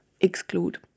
exclude